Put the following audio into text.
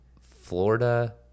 Florida